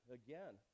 again